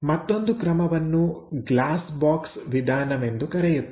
ಮತ್ತೊಂದು ಕ್ರಮವನ್ನು glass box ವಿಧಾನವೆಂದು ಕರೆಯುತ್ತೇವೆ